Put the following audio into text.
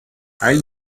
i’ll